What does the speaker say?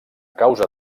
causa